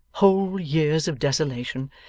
whole years of desolation.